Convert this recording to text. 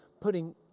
putting